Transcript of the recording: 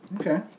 Okay